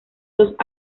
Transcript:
dos